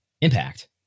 Impact